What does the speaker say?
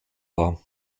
war